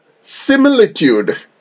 similitude